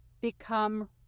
become